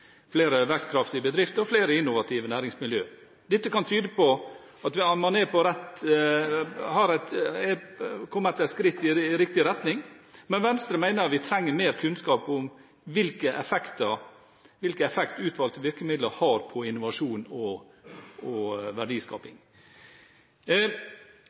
flere gründere, flere vekstkraftige bedrifter og flere innovative næringsmiljøer. Dette kan tyde på at vi har tatt et skritt i riktig retning, men Venstre mener vi trenger mer kunnskap om hvilken effekt utvalgte virkemidler har på innovasjon og verdiskaping.